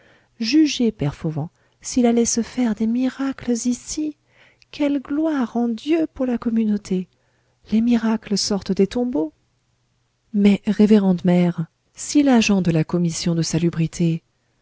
père fauvent s'il allait se faire des miracles ici quelle gloire en dieu pour la communauté les miracles sortent des tombeaux mais révérende mère si l'agent de la commission de salubrité